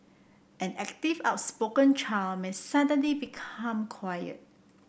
an active outspoken child may suddenly become quiet